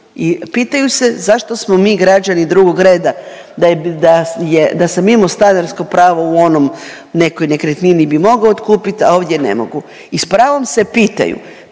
i pitaju se zašto smo mi građani drugog reda, da sam imao stanarko pravo u onom, nekoj nekretnini bih mogao otkupiti, a ovdje ne mogu i s pravom se pitaju,